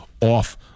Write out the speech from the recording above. off